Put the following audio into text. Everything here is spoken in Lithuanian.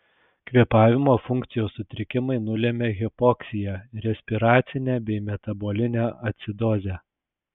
kvėpavimo funkcijos sutrikimai nulemia hipoksiją respiracinę bei metabolinę acidozę